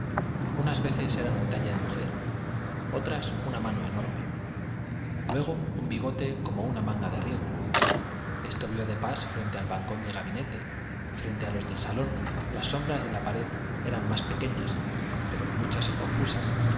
unas veces era un talle de mujer otras una mano enorme luego un bigote como una manga de riego esto vio de pas frente al balcón del gabinete frente a los del salón las sombras de la pared eran más pequeñas pero muchas y confusas